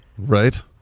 Right